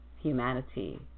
humanity